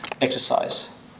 exercise